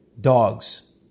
dogs